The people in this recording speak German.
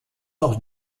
auch